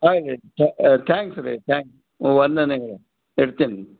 ಆಗಲಿ ರೀ ಥ್ಯಾ ಥ್ಯಾಂಕ್ಸ್ ರೀ ತ್ಯಾಂಕ್ಸ್ ವಂದನೆಗಳು ಇಡ್ತೀನಿ